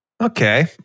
Okay